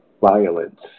violence